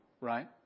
right